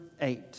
eight